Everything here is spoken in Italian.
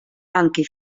anche